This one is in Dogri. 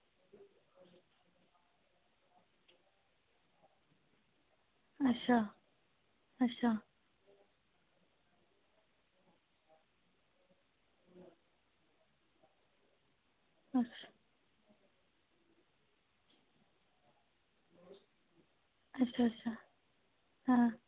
अच्छा अच्छा अच्छा अच्छा अच्छा हां